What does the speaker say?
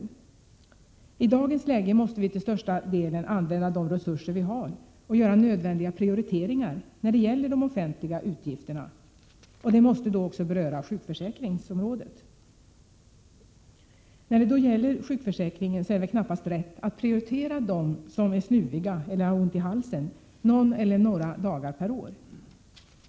Vi måste i dagens läge till största delen använda de resurser vi har och göra nödvändiga prioriteringar i fråga om de offentliga utgifterna — och det måste också beröra sjukförsäkringsområdet. Då det gäller sjukförsäkringen är det väl knappast rätt att prioritera dem som är snuviga eller har ont i halsen någon eller några dagar per år.